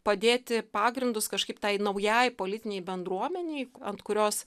padėti pagrindus kažkaip tai naujai politinei bendruomenei ant kurios